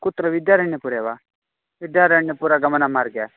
कुत्र विद्यारण्यपुरे वा विद्यारण्यपुरगमनमार्गे